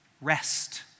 rest